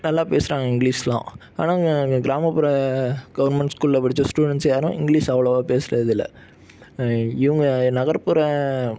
நல்லா பேசுகிறாங்க இங்கிலிஷ்லாம் ஆனால் அங்கே அங்கே கிராமப்புற கவர்மெண்ட் ஸ்கூல்ல படித்த ஸ்டூடெண்ஸ் யாரும் இங்கிலிஷ் அவ்வளோவா பேசுகிறது இல்லை இவங்க நகர்ப்புற